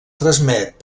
transmet